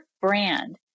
brand